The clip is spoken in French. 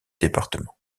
département